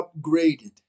upgraded